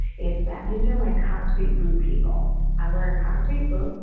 is that these are my concrete boot people i'm wearing concrete books.